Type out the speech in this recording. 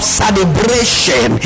celebration